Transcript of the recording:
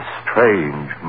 strange